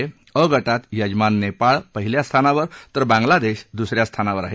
अ गटात यजमान नेपाळ पहिल्या स्थानावर तर बांगलादेश द्सऱ्या स्थानावर आहे